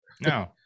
No